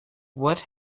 what